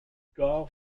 gore